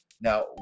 Now